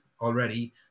already